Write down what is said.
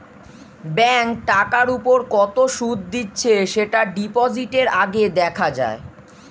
bank টাকার উপর কত সুদ দিচ্ছে সেটা ডিপোজিটের আগে দেখা যায়